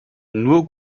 nur